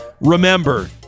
remember